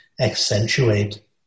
accentuate